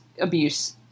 abuse